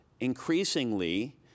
increasingly